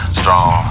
strong